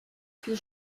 file